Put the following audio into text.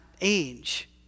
age